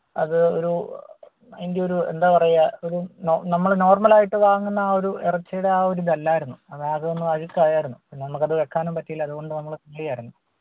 അത് ഒരു അതിന്റെ ഒരു എന്താണ് പറയുക ഒരു നോ നമ്മൾ നോര്മൽ ആയിട്ട് വാങ്ങുന്ന ആ ഒരു ഇറച്ചിയുടെ ആ ഒരു ഇതല്ലായിരുന്നു അതാണ് അതൊന്ന് അഴുക്കായിരുന്നു പിന്നെ നമുക്ക് അത് വയ്ക്കാനും പറ്റിയില്ല അതുകൊണ്ട് നമ്മൾ കളയുവായിരുന്നു